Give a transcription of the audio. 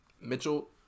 Mitchell